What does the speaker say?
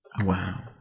Wow